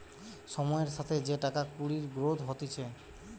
সময়ের সাথে যে টাকা কুড়ির গ্রোথ হতিছে